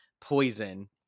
poison